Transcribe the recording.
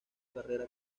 carrera